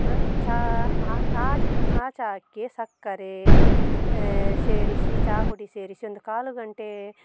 ಚಹಾ ಆ ಆ ಆ ಚಹಾ ಅದಕ್ಕೆ ಸಕ್ಕರೆ ಸೇರಿಸಿ ಚಹಾ ಪುಡಿ ಸೇರಿಸಿ ಒಂದು ಕಾಲು ಗಂಟೆ